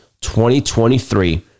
2023